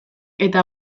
eta